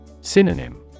Synonym